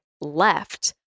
left